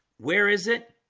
where is it